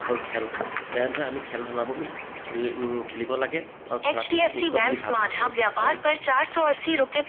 ভাল খেল তেনেধৰণে আমি খেল ধেমালিবোৰ আমি খেলি খেলিব লাগে আৰু